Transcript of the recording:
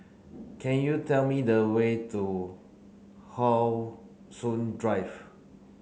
can you tell me the way to How Soon Drive